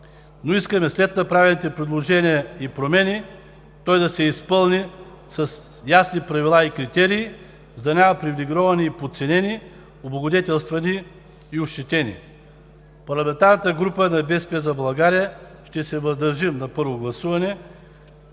Но искаме след направените предложения и промени той да се изпълни с ясни правила и критерии, за да няма привилегировани и подценени, облагодетелствани и ощетени. Парламентарната група на „БСП за България“ ще се въздържим на първо гласуване